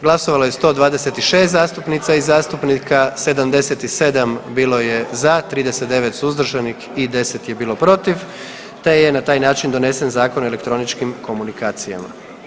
Glasovalo je 126 zastupnica i zastupnika, 77 bilo je za, 39 suzdržanih i 10 je bilo protiv te je na taj način donesen Zakon o elektroničkim komunikacijama.